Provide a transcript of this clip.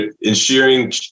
ensuring